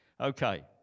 Okay